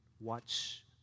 watch